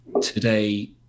today